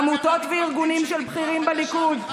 עמותות וארגונים של בכירים בליכוד,